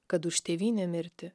kad už tėvynę mirti